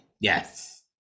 yes